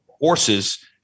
horses